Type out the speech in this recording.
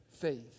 faith